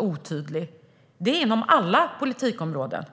otydlig utan inom alla politikområden.